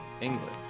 England